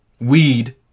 Weed